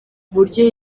uburyo